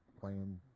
playing